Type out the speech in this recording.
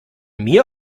mir